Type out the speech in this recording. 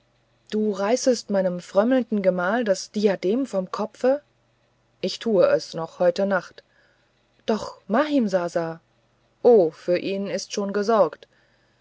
du reißest meinem frömmelnden gemahl das diadem vom kopfe ich tu es noch heute nacht doch mahimsasa o für ihn ist schon gesorgt